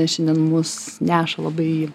šiandien mus neša labai